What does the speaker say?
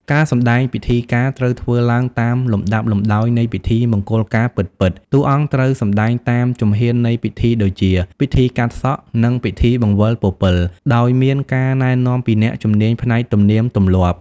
ការសម្ដែងពិធីការ ត្រូវធ្វើឡើងតាមលំដាប់លំដោយនៃពិធីមង្គលការពិតៗ។ តួអង្គត្រូវសម្តែងតាមជំហាននៃពិធីដូចជា ពិធីកាត់សក់ និង ពិធីបង្វិលពពិល ដោយមានការណែនាំពីអ្នកជំនាញផ្នែកទំនៀមទម្លាប់។